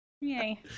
Yay